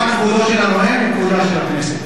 בבקשה, אדוני שר האוצר.